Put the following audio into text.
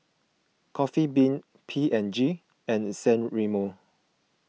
Coffee Bean P and G and San Remo